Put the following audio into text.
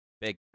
Big